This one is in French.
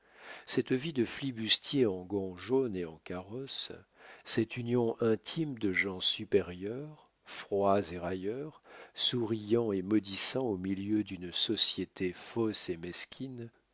cette vie de flibustier en gants jaunes et en carrosse cette union intime de gens supérieurs froids et railleurs souriant et maudissant au milieu d'une société fausse et mesquine